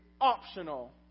optional